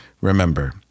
Remember